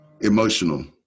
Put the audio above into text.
Emotional